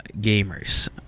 gamers